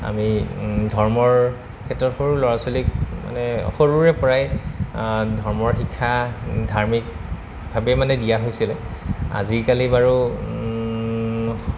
আমি ধৰ্মৰ ক্ষেত্ৰত সৰু ল'ৰা ছোৱালীক মানে সৰুৰে পৰাই ধৰ্মৰ শিক্ষা ধাৰ্মিকভাৱেই মানে দিয়া হৈছিলে আজিকালি বাৰু